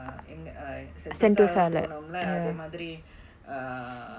ah எங்க:enga sentosa போனோம்ல அதே மாதிரி:ponomla athae maathiri